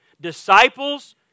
Disciples